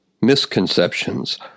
misconceptions